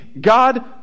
God